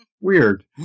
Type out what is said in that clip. Weird